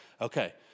okay